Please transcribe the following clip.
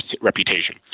reputation